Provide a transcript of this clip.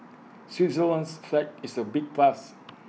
Switzerland's flag is A big plus